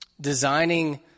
designing